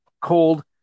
Cold